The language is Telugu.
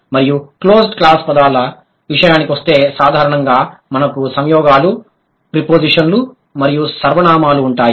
మరియు క్లోజ్డ్ క్లాస్ పదాల విషయానికొస్తే సాధారణంగా మనకు సంయోగాలు ప్రిపోజిషన్లు మరియు సర్వనామాలు ఉంటాయి